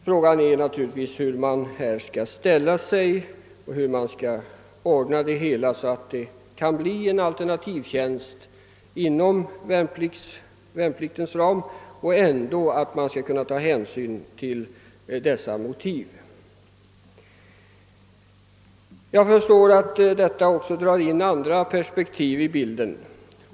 Frågan är naturligtvis hur man skall ställa sig och hur man skall ordna det hela, så att det kan finnas möjlighet att fullgöra en alternativtjänst inom värnpliktens ram med respekterande av de anförda motiven. Jag förstår att frågan om alternativtjänst också drar in andra faktorer i bilden.